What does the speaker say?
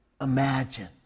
imagine